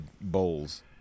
bowls